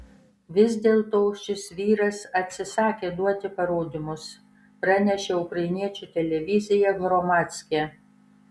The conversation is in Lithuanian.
vis dėlto šis vyras atsisakė duoti parodymus pranešė ukrainiečių televizija hromadske